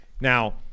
Now